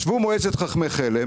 ישבו חברי מועצת חכמי חלם